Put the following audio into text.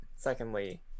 Secondly